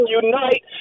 unite